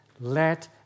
Let